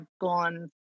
gone